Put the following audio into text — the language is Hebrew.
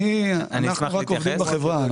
אנחנו רק עובדים בחברה.